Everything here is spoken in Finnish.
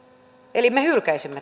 eli me hylkäisimme